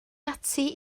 ati